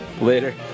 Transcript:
Later